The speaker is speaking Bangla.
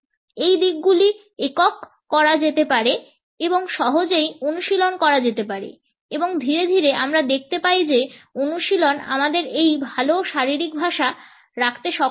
এই দিকগুলিকে একক করা যেতে পারে এবং সহজেই অনুশীলন করা যেতে পারে এবং ধীরে ধীরে আমরা দেখতে পাই যে অনুশীলন আমাদের একটি ভাল শারীরিক ভাষা রাখতে সক্ষম করে